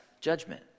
judgment